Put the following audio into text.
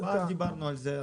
דיברנו על זה.